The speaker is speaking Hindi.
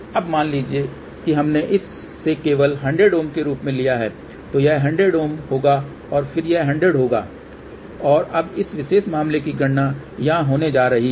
अब मान लीजिए कि हमने इसे केवल 100 के रूप में लिया है तो यह 100 होगा और फिर यह 100 होगा और अब इस विशेष मामले की गणना यहां होने जा रही है